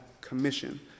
commission